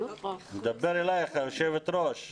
אני